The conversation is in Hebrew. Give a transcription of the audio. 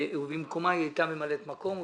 היא הייתה ממלאת מקום,